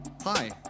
Hi